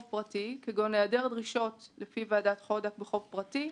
פרטי כגון העדר דרישות לפי ועדת חודק בחוב פרטי,